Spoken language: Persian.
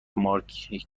مارکتینگ